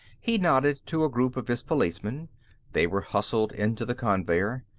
he nodded to a group of his policemen they were hustled into the conveyer.